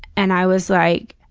and i was like,